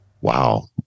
Wow